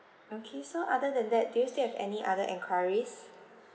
okay so other than that do you still have any other enquiries